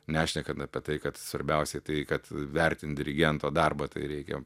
nešnekant apie tai kad svarbiausiai tai kad vertint dirigento darbą tai reikia